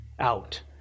out